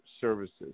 services